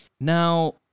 now